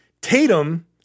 Tatum